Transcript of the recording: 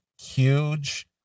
huge